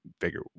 figure